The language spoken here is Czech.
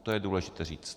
To je důležité říct.